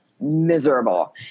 miserable